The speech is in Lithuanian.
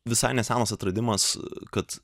visai nesenas atradimas kad